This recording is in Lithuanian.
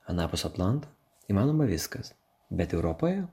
anapus atlanto įmanoma viskas bet europoje